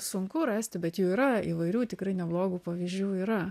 sunku rasti bet jų yra įvairių tikrai neblogų pavyzdžių yra